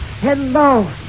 Hello